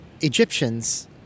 Egyptians